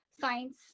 science